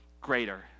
greater